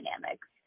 dynamics